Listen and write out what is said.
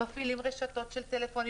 מפעילים רשתות של טלפונים,